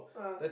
ah